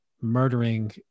murdering